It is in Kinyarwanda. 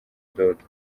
dodo